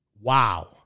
Wow